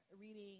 reading